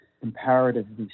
comparatively